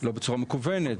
לא בצורה מקוונת,